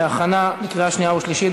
להכנה לקריאה שנייה ושלישית,